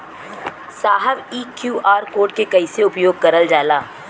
साहब इ QR code के कइसे उपयोग करल जाला?